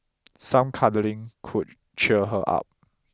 some cuddling could cheer her up